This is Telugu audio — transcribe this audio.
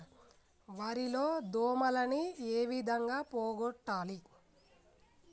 వరి లో దోమలని ఏ విధంగా పోగొట్టాలి?